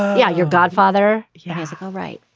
yeah. your godfather. he has a all right.